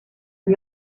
lui